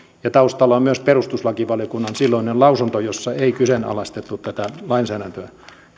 ja taustalla on myös perustuslakivaliokunnan silloinen lausunto jossa ei kyseenalaistettu tätä lainsäädäntöä